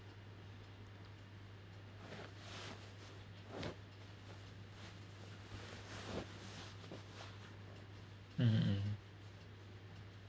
um